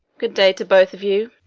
good day to both of you.